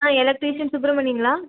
ஆ electrician சுப்ரமணிங்களா